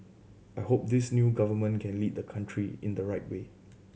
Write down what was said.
I hope this new government can lead the country in the right way